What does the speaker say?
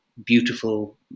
beautiful